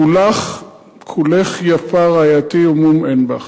כולך יפה רעייתי ומום אין בך".